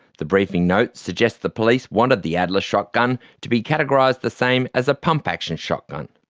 the briefing note suggests the police wanted the adler shotgun to be categorised the same as a pump-action shotgun.